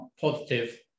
positive